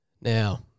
Now